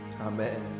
amen